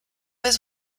was